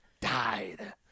died